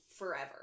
forever